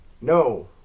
No